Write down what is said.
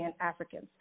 Africans